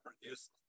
produced